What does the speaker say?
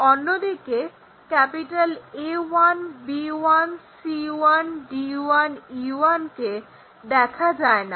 অন্যদিকে A1 B1 C1 D1 E1 কে দেখা যায় না